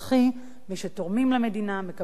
מי שתורמים למדינה מקבלים מהמדינה,